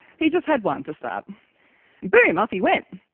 he just had one to start. and boom! off he went.